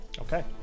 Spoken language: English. Okay